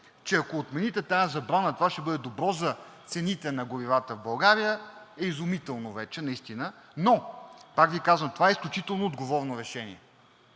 че ако отмените тази забрана, това ще бъде добро за цените на горивата в България, е изумително вече наистина. Но, пак Ви казвам, това е изключително отговорно решение